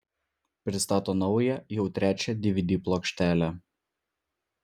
pristato naują jau trečią dvd plokštelę